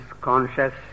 conscious